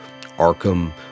Arkham